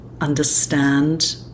understand